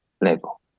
level